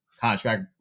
Contract